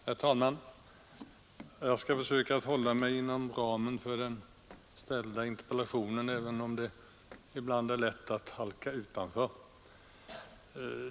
Herr talman! Jag skall försöka hålla mig inom ramen för den framställda interpellationen, även om det ibland är lätt att halka utanför.